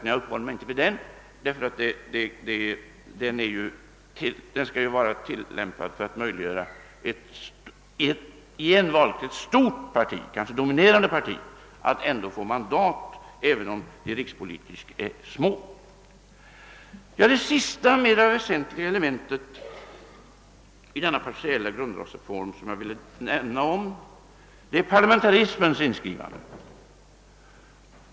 Men den uppehåller jag mig inte vid, eftersom den tillkommit för att möjliggöra för ett i en valkrets stort parti — kanske dominerande parti — att få mandat, även om partiet rikspolitiskt är litet. Det sista mer väsentliga element i denna partiella grundlagsreform som jag vill beröra gäller parlamentarismens inskrivande.